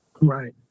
right